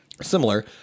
Similar